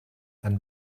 and